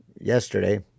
yesterday